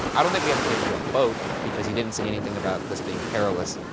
i don't think we have to get into a boat, because he didn't say anything about this being perilous.